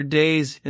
days